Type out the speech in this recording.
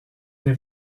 des